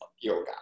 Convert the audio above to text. yoga